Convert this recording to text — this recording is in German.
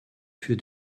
für